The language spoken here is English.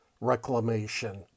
reclamation